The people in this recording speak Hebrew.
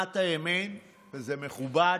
אינו נוכח,